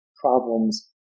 problems